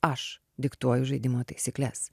aš diktuoju žaidimo taisykles